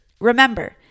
remember